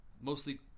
mostly